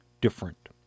different